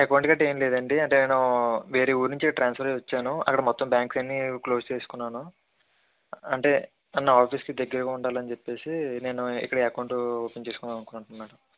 account గట్రా ఏమీ లేవండి అంటే నేను వేరే ఊరు నుంచి ట్రాన్స్ఫర్ అయ్యి వచ్చాను అక్కడ మొత్తం బ్యాంక్స్ అన్ని క్లోజ్ చేసుకున్నాను అంటే నా ఆఫీస్ కి దగ్గరగా ఉండాలని చెప్పేసి నేను ఇక్కడ అకౌంట్ ఓపెన్ చేసుకుందాం అనుకుంటున్నాను